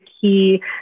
key